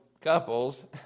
couples